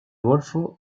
golfo